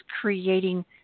creating